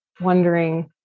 wondering